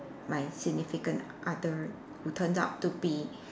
my significant other who turned out to be